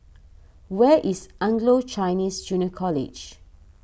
where is Anglo Chinese Junior College